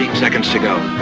seconds to go.